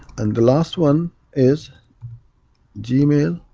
and the last one is g-mail